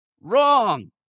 wrong